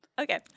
Okay